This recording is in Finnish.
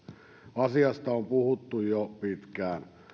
asiasta on puhuttu jo pitkään